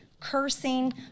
cursing